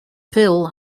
pill